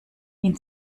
ihn